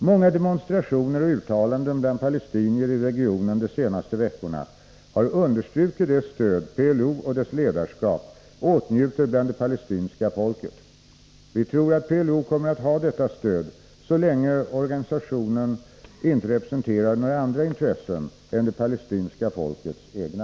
Många demonstrationer och uttalanden bland palestinier i regionen de senaste veckorna har understrukit det stöd PLO och dess ledarskap åtnjuter bland det palestinska folket. Vi tror att PLO kommer att ha detta stöd så länge organisationen inte representerar några andra intressen än det palestinska folkets egna.